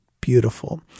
beautiful